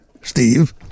Steve